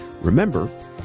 Remember